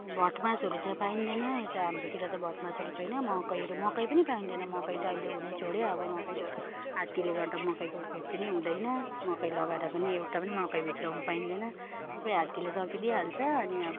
भटमासहरू त पाइँदैन यता हाम्रोतिर त भटमासहरू छैन मकैहरू मकै पनि पाइँदैन मकै त अहिले हुनै छोड्यो अब मकैको हात्तीले गर्दा मकैको खेती नै हुँदैन मकै लगाएर पनि एउटा पनि मकै भित्राउनु पाइन्दैन सबै हात्तीले सकिदिइहाल्छ अनि अब